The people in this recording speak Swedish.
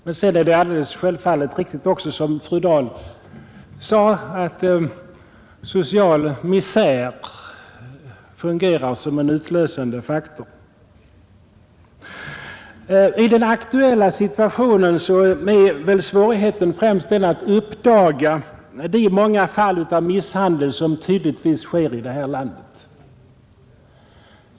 Sedan är det alldeles självfallet riktigt också, som fru Dahl sade, att social misär fungerar som en utlösande faktor. I den aktuella situationen är väl svårigheten främst att uppdaga de många fall av misshandel som tydligen sker i vårt land.